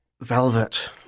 velvet